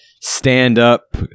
stand-up